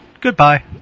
Goodbye